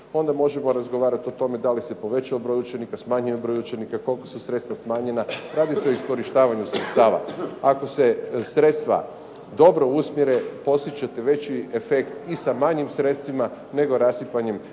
onda možemo razgovarati o tome da li se povećao broj učenika, smanjio broj učenika, koliko su sredstva smanjena. Radi se o iskorištavanju sredstava. Ako se sredstva dobro usmjere postići ćete veći efekt i sa manjim sredstvima nego rasipanjem